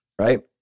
right